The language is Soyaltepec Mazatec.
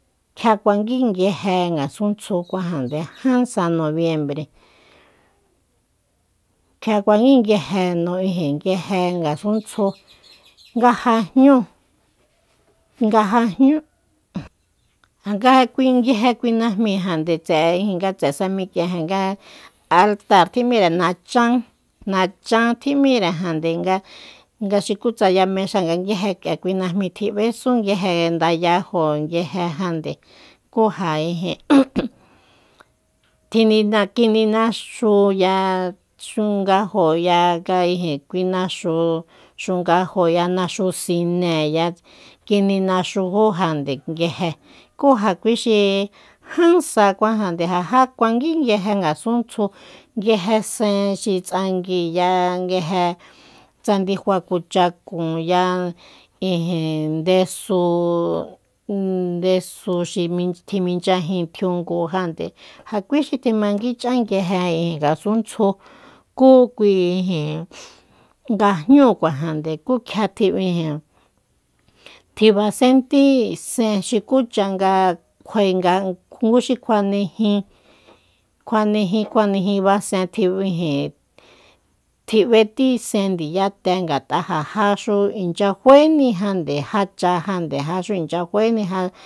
Kjia kuanguí nguije ngasúntsju kuajande jan sa noviembre kjia kuanguí nguije ngasún tsju nga ja jñúu nga ja jñu nga kui nguije kui najmi jande tse'e ijin nga tse'e sa mik'ien ja nga altáa tjim'íre nachan- nachan tjim'írejande nga- nga xukú tsa ya mexáa nga nguije kui najmí tjib'esun nguije ndayajóo nguije jande kú ja ijin tjini kininaxúya xungajóya nga ijin kui naxu xungajóya naxu sine ya kininaxujú jande nguje kú ja kui xi ján sa kuajande ja já kuangui nguje ngasúntsju nguije sen xi tsangui ya nguije tsa ndifa kuchakun ya ijin ndesu- ndesu xi tjiminchyajin tjiungu jande ja kui xi tjimanguich'a nguije ngasúntsju kú kui ijin nga jñúu kuajande kú kjia tji ijin tji basentí sen xukucha nga kjuae nga ngúxi kjuane jin kjuane jin kjuanejin basen tjib ijin tji b'etí sen ndiyate ngat'a'a ja já xu inchya faénijande já cha jande ja xu inchya faéni ja